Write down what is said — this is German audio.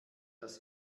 dass